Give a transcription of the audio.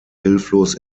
hilflos